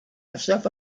myself